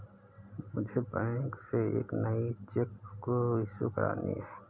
मुझे बैंक से एक नई चेक बुक इशू करानी है